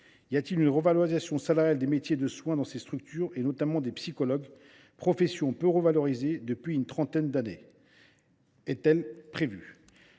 ? Une revalorisation salariale des métiers de soin dans ces structures, et notamment des psychologues, profession peu revalorisée depuis une trentaine d’années, est elle prévue ?